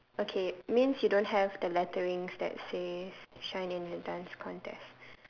okay means you don't have the letterings that says shine in the dance contest